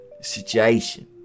situation